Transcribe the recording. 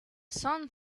sun